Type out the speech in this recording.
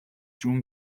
جون